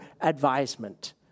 advisement